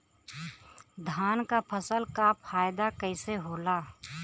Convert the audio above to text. धान क फसल क फायदा कईसे होला?